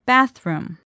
Bathroom